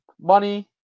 money